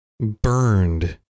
burned